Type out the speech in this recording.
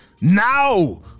now